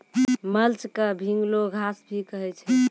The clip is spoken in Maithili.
मल्च क भींगलो घास भी कहै छै